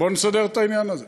בואו נסדר את העניין הזה.